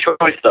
choice